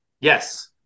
Yes